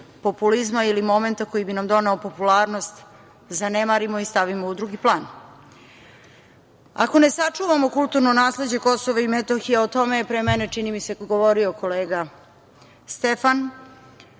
populizma ili momenta koji bi nam doneo popularnost zanemarimo i stavimo u drugi plan. Ako ne sačuvamo kulturno nasleđe Kosova i Metohije, o tome je pre mene, čini mi se, govorio kolega Stefan,